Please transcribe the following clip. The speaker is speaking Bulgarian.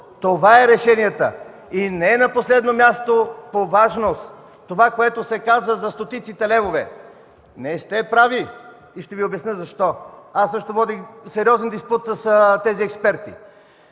Това е решението. И не на последно място по важност – това, което се каза за стотиците левове. Не сте прави, и ще Ви обясня защо! Аз също водих сериозен диспут с тези експерти.